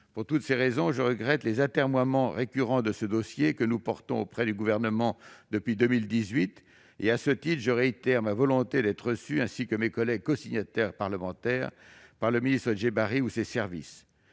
Pour toutes ces raisons, je regrette les atermoiements récurrents autour de ce dossier que nous portons auprès du Gouvernement depuis 2018. À ce titre, je réitère ma volonté d'être reçu, ainsi que mes collègues parlementaires cosignataires de ce courrier, par M. Djebbari ou ses services.